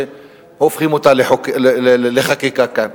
שהופכים אותה לחקיקה כאן.